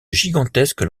gigantesque